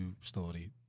story